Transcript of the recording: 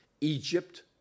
Egypt